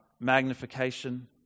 magnification